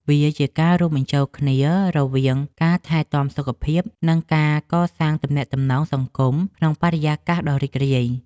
វាជាការរួមបញ្ចូលគ្នារវាងការថែទាំសុខភាព និងការកសាងទំនាក់ទំនងសង្គមក្នុងបរិយាកាសដ៏រីករាយ។